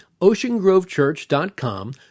oceangrovechurch.com